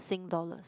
sing dollar